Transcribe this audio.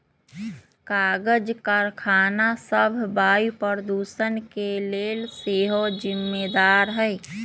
कागज करखना सभ वायु प्रदूषण के लेल सेहो जिम्मेदार हइ